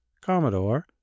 Commodore